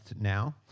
now